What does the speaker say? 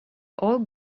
old